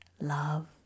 love